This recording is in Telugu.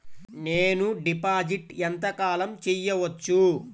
నేను డిపాజిట్ ఎంత కాలం చెయ్యవచ్చు?